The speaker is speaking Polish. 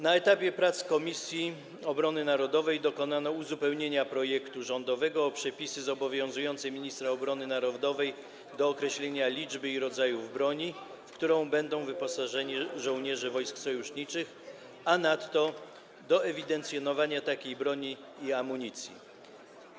Na etapie prac w Komisji Obrony Narodowej dokonano uzupełnienia projektu rządowego o przepisy zobowiązujące ministra obrony narodowej do określenia liczby i rodzaju broni, w którą będą wyposażeni żołnierze wojsk sojuszniczych, a nadto do ewidencjonowania takiej broni i amunicji.